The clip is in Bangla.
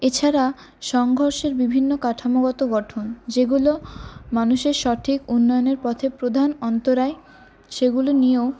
এছাড়া সংঘর্ষের বিভিন্ন কাঠামোগত গঠন যেগুলো মানুষের সঠিক উন্নয়নের পথে প্রধান অন্তরায় সেগুলি নিয়েও